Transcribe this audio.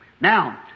Now